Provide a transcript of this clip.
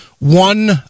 one